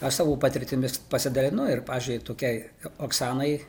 aš savo patirtimis pasidalinu ir pavyzdžiui tokiai oksanai